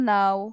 now